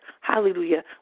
hallelujah